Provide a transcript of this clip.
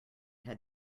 had